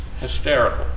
Hysterical